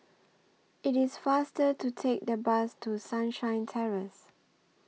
IT IS faster to Take The Bus to Sunshine Terrace